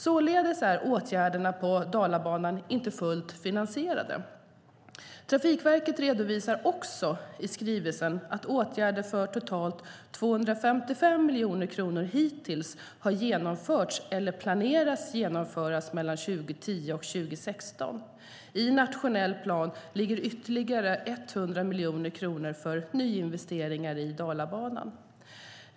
Således är åtgärderna på Dalabanan inte fullt finansierade. Trafikverket redovisar också i skrivelsen att åtgärder för totalt 255 miljoner kronor hittills har genomförts eller planeras genomföras mellan 2010 och 2016. I nationell plan ligger ytterligare 100 miljoner kronor för nyinvesteringar i Dalabanan.